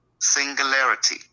singularity